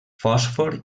fòsfor